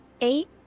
Eight